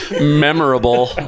Memorable